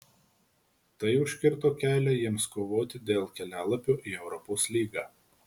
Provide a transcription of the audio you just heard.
tai užkirto kelią jiems kovoti dėl kelialapio į europos lygą